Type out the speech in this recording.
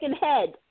head